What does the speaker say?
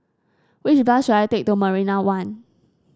which bus should I take to Marina One